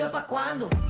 ah pa' cuando?